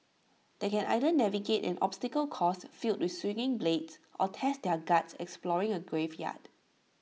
they can either navigate an obstacle course filled with swinging blades or test their guts exploring A graveyard